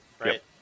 right